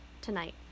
Tonight